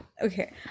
okay